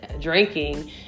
drinking